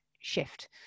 shift